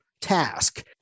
task